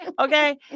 okay